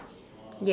yes